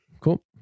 Cool